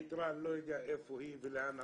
היתרה, אני לא יודע איפה היא ולאן הלכה.